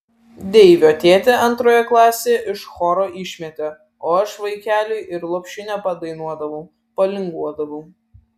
deivio tėtį antroje klasėje iš choro išmetė o aš vaikeliui ir lopšinę padainuodavau palinguodavau